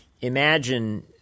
imagine